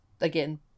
again